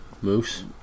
moose